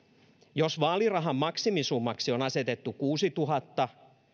jos vaalirahan maksimisummaksi on asetettu kuusituhatta